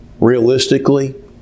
realistically